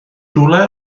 rhywle